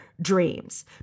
dreams